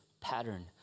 pattern